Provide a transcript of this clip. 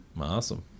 Awesome